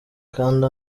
kanda